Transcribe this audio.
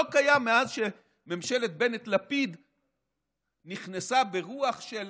לא קיים מאז שממשלת בנט-לפיד נכנסה ברוח של